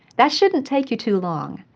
that shouldn't take you too long.